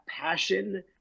passion